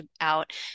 out